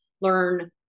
learn